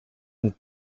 and